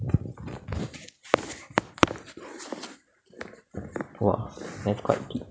!wah! that's quite deep